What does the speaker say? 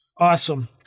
Awesome